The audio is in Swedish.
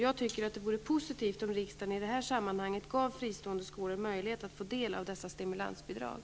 Jag tycker att det vore positivt om riksdagen i detta sammanhang gav fristående skolor möjlighet att få del av dessa stimulansbidrag.